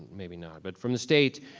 maybe not, but from the state,